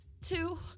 Two